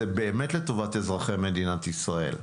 זה באמת לטובת אזרחי מדינת ישראל.